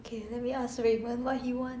okay let me ask raymond what he want